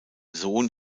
sohn